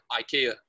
Ikea